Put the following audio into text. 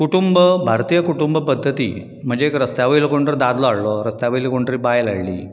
कुटुंब भारतीय कुटुंब पद्दती म्हणजे एक रस्त्या वयलो कोण तर दादलो हाडलो रस्त्या वयली कोण तरी बायल हाडली